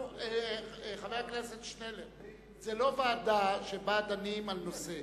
חבר הכנסת שנלר, זו לא ועדה שבה דנים על נושא.